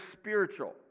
spiritual